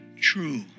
true